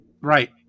right